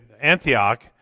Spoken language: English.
Antioch